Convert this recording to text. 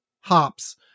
hops